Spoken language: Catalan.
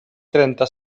trenta